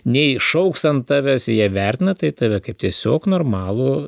nei šauks ant tavęs jie vertina tai tave kaip tiesiog normalų